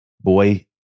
Boy